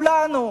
של כולנו.